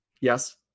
Yes